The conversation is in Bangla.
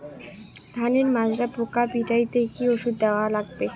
ধানের মাজরা পোকা পিটাইতে কি ওষুধ দেওয়া লাগবে?